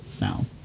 now